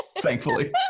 Thankfully